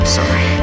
Sorry